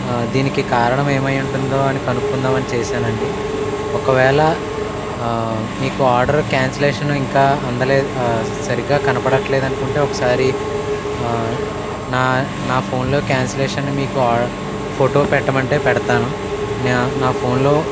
దీనికి కారణం ఏమై ఉంటుందో అని కనుక్కుందామని చేశానండి ఒకవేళ మీకు ఆర్డర్ క్యాన్సిలేషన్ ఇంకా అందలేదు సరిగా కనబడట్లేదనుకుంటే ఒకసారి నా నా ఫోన్లో క్యాన్సిలేషన్ మీకు ఫోటో పెట్టమంటే పెడతాను నా నా ఫోన్లో